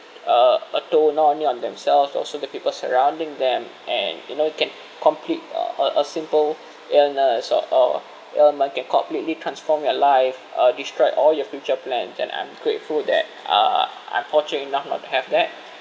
uh a toll not only on themselves also the people surrounding them and you know it can complete uh a simple illness or or ailment can completely transform your life or destroyed all your future plans and I'm grateful that uh I'm fortunate enough not to have that